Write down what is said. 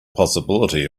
possibility